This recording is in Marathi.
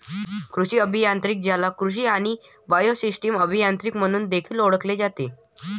कृषी अभियांत्रिकी, ज्याला कृषी आणि बायोसिस्टम अभियांत्रिकी म्हणून देखील ओळखले जाते